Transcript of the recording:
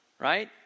Right